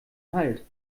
halt